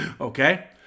Okay